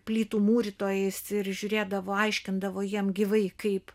plytų mūrytojais ir žiūrėdavo aiškindavo jiem gyvai kaip